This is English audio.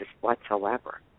whatsoever